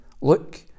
Look